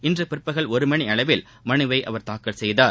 இன்று பிற்பகல் ஒரு மணி அளவில் மனுவை அவர் தாக்கல் செய்தார்